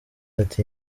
ati